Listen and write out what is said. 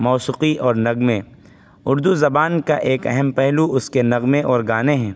موسیقی اور نغمے اردو زبان کا ایک اہم پہلو اس کے نغمے اور گانے ہیں